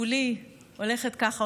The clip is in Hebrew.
כולי הולכת ככה,